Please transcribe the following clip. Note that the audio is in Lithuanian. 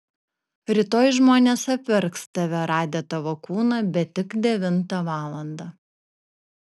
rytoj žmonės apverks tave radę tavo kūną bet tik devintą valandą